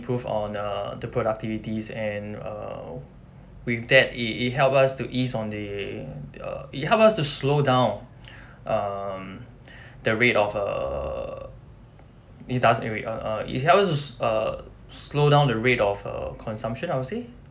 improve on uh the productivities and uh with that it it helps us to ease on the the err it helps us to slow down um the rate of err it does err err it helps us err slow down the rate of err consumption I would say